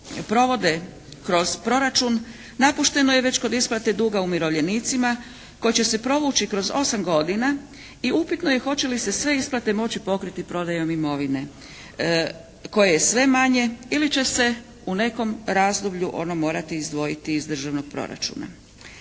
provode kroz proračun napušteno je već kod isplate duga umirovljenicima koji će se provući kroz 8 godina i upitno je hoće li se sve isplate moći pokriti prodajom imovine koje je sve manje ili će se u nekom razdoblju ono morati izdvojiti iz državnog proračuna.